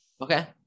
Okay